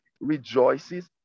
rejoices